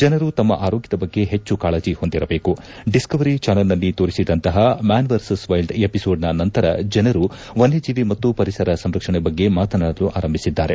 ಜನರು ತಮ್ಮ ಆರೋಗ್ಯದ ಬಗ್ಗೆ ಹೆಚ್ಚು ಕಾಳಜಿ ಹೊಂದಿರಬೇಕು ಡಿಸ್ಕವರಿ ಚಾನೆಲ್ನಲ್ಲಿ ತೋರಿಸಿದಂತಹ ಮ್ಯಾನ್ ವರ್ಸಸ್ ವೈಲ್ಸ್ ಎಪಿಸೋಡ್ನ ನಂತರ ಜನರು ವನ್ಯಜೀವಿ ಮತ್ತು ಪರಿಸರ ಸಂರಕ್ಷಣೆ ಬಗ್ಗೆ ಮಾತನಾಡಲು ಆರಂಭಿಸಿದ್ದಾರೆ